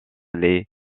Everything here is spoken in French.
les